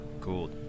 Cool